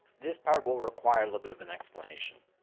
this part will require a little bit of an explanation.